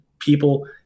people